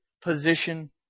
position